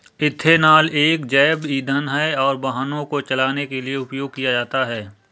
ethanol एक जैव ईंधन है और वाहनों को चलाने के लिए उपयोग किया जाता है